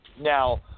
Now